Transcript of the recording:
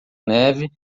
neve